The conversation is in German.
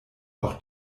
auch